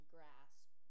grasp